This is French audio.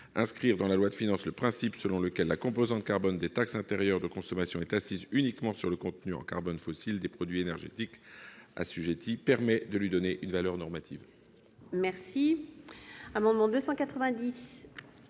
Inscrire dans la loi de finances le principe selon lequel la composante carbone des taxes intérieures de consommation est assise uniquement sur le contenu en carbone fossile des produits énergétiques assujettis permet de lui donner une valeur normative.